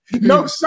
No